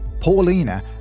Paulina